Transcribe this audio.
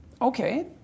Okay